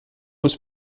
was